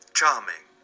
Charming